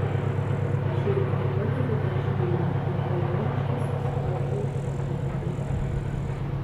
ši hipotezė dar žinoma kaip vaivorykštės spalvų hipotezė